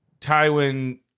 Tywin